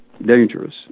dangerous